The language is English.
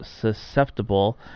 susceptible